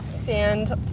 sand